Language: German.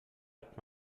hat